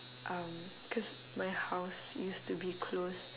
um cause my house used to be close